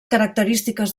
característiques